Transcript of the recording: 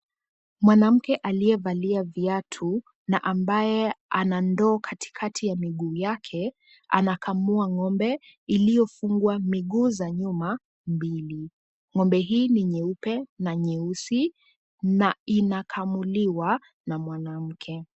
Mwanamke aliyevalia viatu na ambaye ana ndoo katikati ya miguu yake, anakamua ng'ombe iliyofungwa miguu za nyuma mbili. Ng'ombe hii ni nyeupe na nyeusi na inakamuliwa na mwanamke.